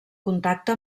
contacte